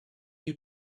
you